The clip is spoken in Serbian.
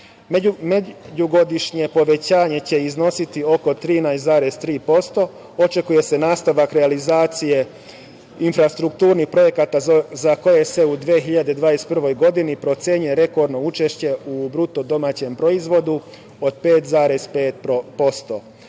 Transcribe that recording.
Međugodišnje povećanje će iznositi oko 13,3%. Očekuje se nastavak realizacije infrastrukturnih projekata za koje se u 2021. godini procenjuje rekordno učešće u BDP od 5,5%.